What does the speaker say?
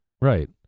Right